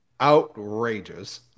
Outrageous